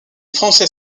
français